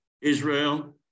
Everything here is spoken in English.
Israel